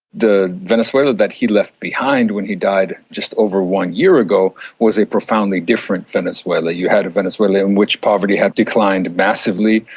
the venezuela that he left behind when he died just over one year ago was a profoundly different venezuela. you had a venezuela in which poverty had declined massively,